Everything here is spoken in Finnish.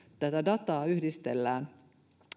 tätä dataa yhdistellään